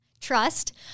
trust